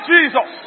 Jesus